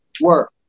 work